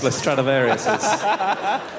Stradivariuses